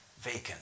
vacant